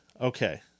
Okay